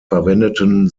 verwendeten